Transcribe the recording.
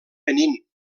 benín